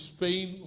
Spain